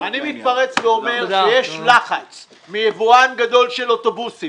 אני מתפרץ ואומר שיש לחץ מיבואן גדול של אוטובוסים,